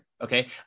okay